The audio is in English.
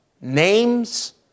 names